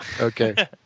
Okay